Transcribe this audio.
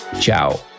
Ciao